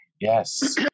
yes